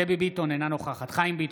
דבי ביטון, אינה נוכחת חיים ביטון,